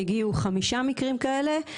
הגיעו חמישה מקרים כאלה.